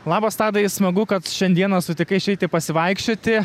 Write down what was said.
labas tadai smagu kad šiandieną sutikai išeiti pasivaikščioti